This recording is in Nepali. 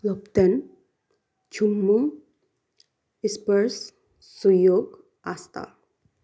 योग्देन छुमु स्पर्श सुयोग आस्था